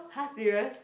!huh! serious